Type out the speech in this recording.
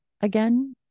again